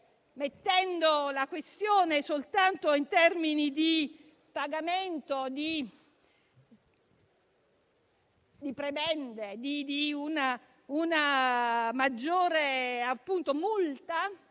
ponendo la questione soltanto in termini di pagamento, di prebende e di una maggiore multa,